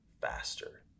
faster